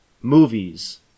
movies